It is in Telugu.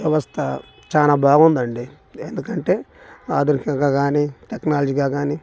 వ్యవస్థ చాలా బాగుందండి ఎందుకంటే ఆధునికంగా కానీ టెక్నాలజీగా కానీ